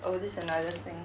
oh this another thing